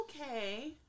okay